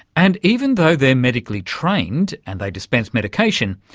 and even though they're medically trained and they dispense medication,